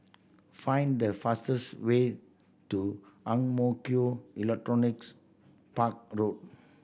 find the fastest way to Ang Mo Kio Electronics Park Road